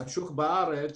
השוק בארץ,